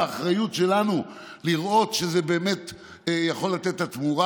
באחריות שלנו לראות שזה באמת יכול לתת את התמורה.